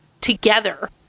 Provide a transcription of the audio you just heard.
together